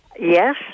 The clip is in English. Yes